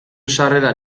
sarrera